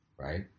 right